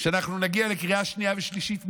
שאנחנו נגיע לקריאה שנייה ושלישית מהר,